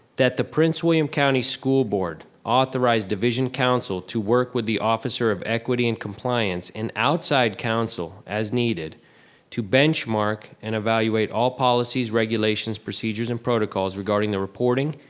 that the prince william county school board authorize division council to work with the officer of equity and compliance and outside council as needed to benchmark and evaluate all policies, regulations, procedures and protocols regarding the reporting,